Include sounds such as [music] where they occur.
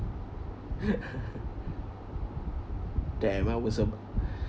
[laughs] damn I was a